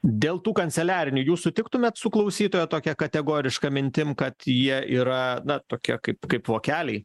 dėl tų kanceliarinių jūs sutiktumėt su klausytojo tokia kategoriška mintim kad jie yra na tokie kaip kaip vokeliai